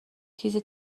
تیزی